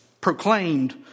proclaimed